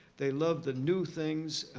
they love the new things.